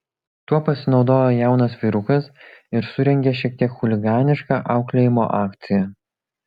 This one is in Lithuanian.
tuo pasinaudojo jaunas vyrukas ir surengė šiek tiek chuliganišką auklėjimo akciją